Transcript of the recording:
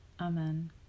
Amen